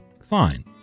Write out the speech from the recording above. fine